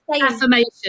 affirmation